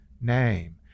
name